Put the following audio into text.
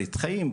ברית חיים,